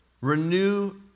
Renew